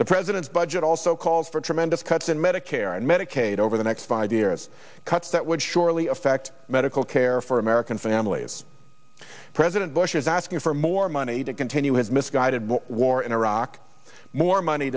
the president's budget also calls for tremendous cuts in medicare and medicaid over the next five years cuts that would surely affect medical care for american families president bush is asking for more money to continue his misguided war in iraq more money